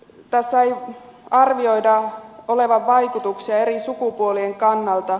tässä ei arvioida olevan vaikutuksia eri sukupuolien kannalta